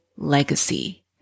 Legacy